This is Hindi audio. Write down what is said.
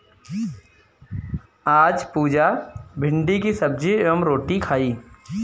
आज पुजा भिंडी की सब्जी एवं रोटी खाई